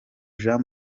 jean